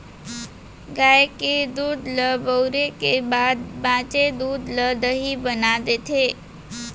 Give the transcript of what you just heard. गाय के दूद ल बउरे के बाद बॉंचे दूद ल दही बना देथे